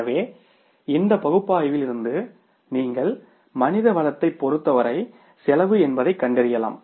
எனவே இந்த பகுப்பாய்விலிருந்து நீங்கள் மனித வளத்தைப் பொறுத்தவரை செலவு என்பதைக் கண்டறியலாம்